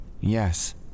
Yes